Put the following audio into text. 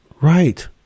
Right